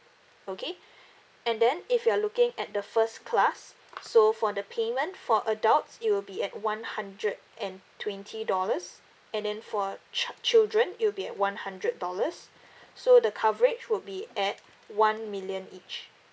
okay and then if you're looking at the first class so for the payment for adults it will be at one hundred and twenty dollars and then for ch~ children it will be at one hundred dollars so the coverage would be at one million each